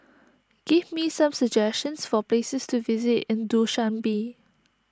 give me some suggestions for places to visit in Dushanbe